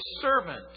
servant